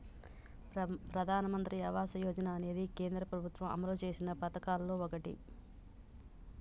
ప్రధానమంత్రి ఆవాస యోజన అనేది కేంద్ర ప్రభుత్వం అమలు చేసిన పదకాల్లో ఓటి